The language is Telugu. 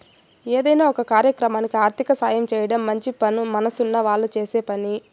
ఏదైనా ఒక కార్యక్రమానికి ఆర్థిక సాయం చేయడం మంచి మనసున్న వాళ్ళు చేసే పని